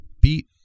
Beat